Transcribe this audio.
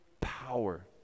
power